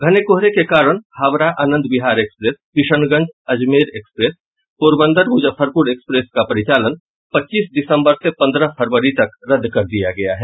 घने कोहरे के कारण Howrah Anand Vihar express Kishanganj Ajmer express Porbandar Muzaffarpur express का परिचालन पच्चीस दिसम्बर से पन्द्रह फरवरी तक रद्द कर दिया गया है